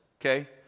okay